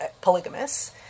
polygamous